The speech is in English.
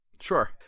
sure